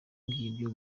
ngibyo